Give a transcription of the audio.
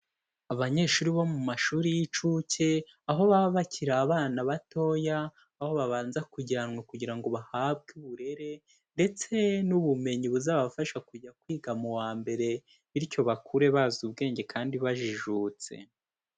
Abanyeshuri bo mu mashuri y'incuke, aho baba bakiri abana batoya, aho babanza kujyanwa kugira ngo bahabwe uburere ndetse n'ubumenyi buzabafasha kujya kwiga mu wa mbere bityo bakure bazi ubwenge kandi bajijutse.